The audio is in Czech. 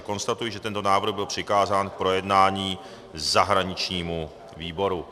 Konstatuji, že tento návrh byl přikázán k projednání zahraničnímu výboru.